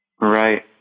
Right